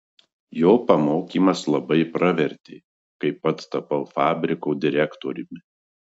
jo pamokymas labai pravertė kai pats tapau fabriko direktoriumi